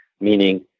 Meaning